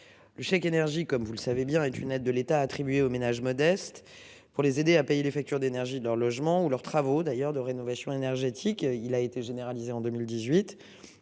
Le chèque énergie comme vous. Savez bien et d'une aide de l'État attribuée aux ménages modestes pour les aider à payer les factures d'énergie leur logement ou leur travaux d'ailleurs de rénovation énergétique. Il a été généralisé en 2018